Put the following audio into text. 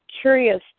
curious